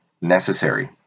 necessary